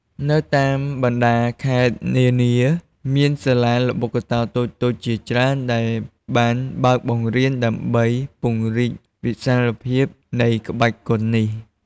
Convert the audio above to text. នៅតាមបណ្ដាខេត្តនានា មានសាលាល្បុក្កតោតូចៗជាច្រើនដែលបានបើកបង្រៀនដើម្បីពង្រីកវិសាលភាពនៃក្បាច់គុននេះ។